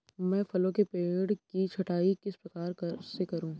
मैं फलों के पेड़ की छटाई किस प्रकार से करूं?